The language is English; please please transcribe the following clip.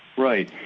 right.